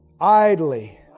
idly